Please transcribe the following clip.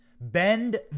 Bend